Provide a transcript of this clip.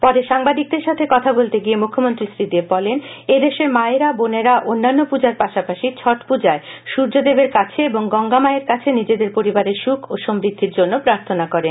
পরে সাংবাদিকদের সাথে কথা বলতে গিয়ে মুখ্যমন্ত্রী শ্রীদেব বলেন এদেশের মায়েরা বোনেরা অন্যান্য পূজার পাশাপাশি ছট পূজায় সূর্যদেবের কাছে এবং গঙ্গা মায়ের কাছে নিজেদের পরিবারের সুখ ও সমৃদ্ধির জন্য প্রার্থনা করেন